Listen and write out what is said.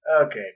Okay